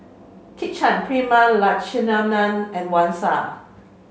Kit Chan Prema Letchumanan and Wang Sha